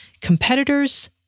Competitors